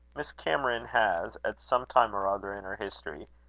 miss cameron has, at some time or other in her history,